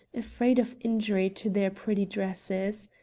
afraid of injury to their pretty dresses.